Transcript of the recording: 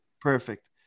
Perfect